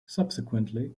subsequently